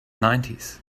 nineties